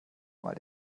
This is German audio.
mal